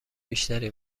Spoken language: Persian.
بیشتری